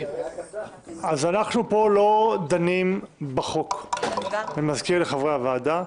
אנחנו פה לא דנים בחוק, אני מזכיר לחברי הוועדה.